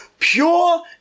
pure